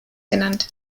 genannt